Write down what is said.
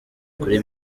kuri